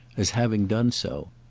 as having done so.